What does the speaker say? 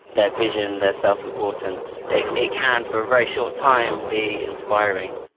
their vision, their self-importance, it it can for a very short time be inspiring,